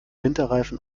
winterreifen